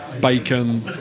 bacon